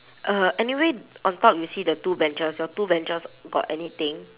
uh anyway on top you see the two benches your two benches got anything